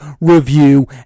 review